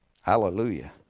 Hallelujah